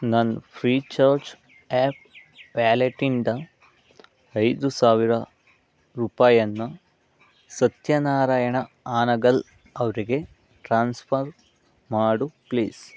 ನನ್ನ Freecharge app ವ್ಯಾಲೆಟಿಂದ ಐದು ಸಾವಿರ ರೂಪಾಯಿಯನ್ನ ಸತ್ಯನಾರಾಯಣ ಹಾನಗಲ್ ಅವರಿಗೆ ಟ್ರಾನ್ಸ್ಫರ್ ಮಾಡು ಪ್ಲೀಸ್